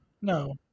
No